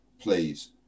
please